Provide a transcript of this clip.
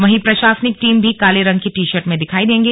वहीं प्रशासनिक टीम भी काले रंग की टी शर्ट में दिखाई देगी